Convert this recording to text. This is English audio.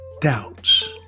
doubts